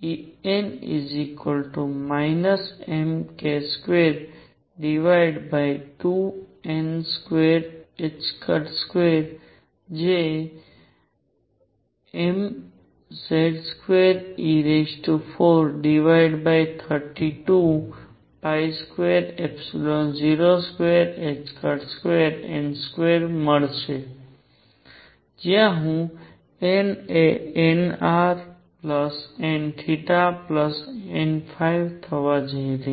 En mk22n22 જે mZ2e4322022n2 મળશે જ્યાં હવે n એ nrnn થવા જઈ રહી છે